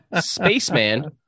Spaceman